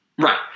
Right